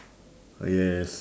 ah yes